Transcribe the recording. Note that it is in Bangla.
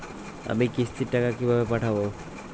আমি কিস্তির টাকা কিভাবে পাঠাব?